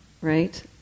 right